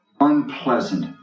unpleasant